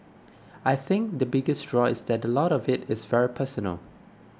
I think the biggest draw is that a lot of it is very personal